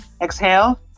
exhale